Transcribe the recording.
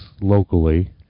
locally